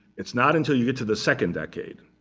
it's not until you get to the second decade,